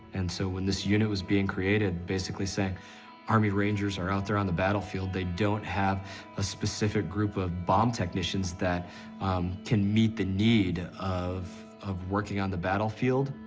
and so when this unit was being created, basically saying army rangers are out there on the battlefield, they don't have a specific group of bomb technicians that can meet the need of, of working on the battlefield.